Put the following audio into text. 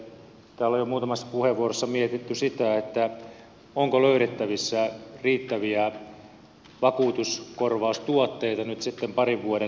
täällä on jo muutamassa puheenvuorossa mietitty sitä onko löydettävissä riittäviä vakuutuskorvaustuotteita nyt sitten parin vuoden päästä